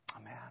Amen